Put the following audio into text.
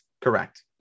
Correct